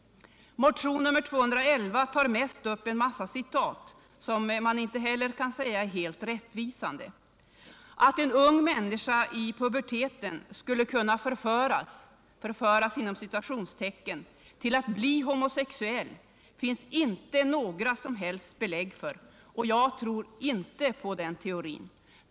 Motion 211 tar mest upp en massa citat som man inte heller kan säga är helt — Nr 93 rättvisande. Det finns inga som helst belägg för att en ung människa i Fredagen den puberteten skulle kunna ”förföras” till att bli homosexuell. Jag tror inte på — 10 mars 1978 den teorin.